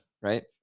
Right